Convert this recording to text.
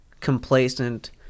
complacent